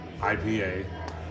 IPA